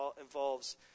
involves